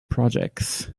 projects